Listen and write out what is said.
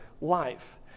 life